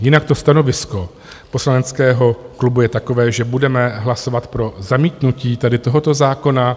Jinak to stanovisko poslaneckého klubu je takové, že budeme hlasovat pro zamítnutí tady tohoto zákona.